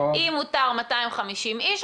אם מותר 250 איש,